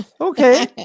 Okay